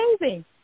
amazing